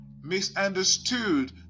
misunderstood